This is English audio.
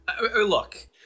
Look